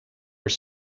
are